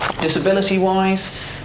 Disability-wise